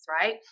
Right